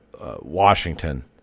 Washington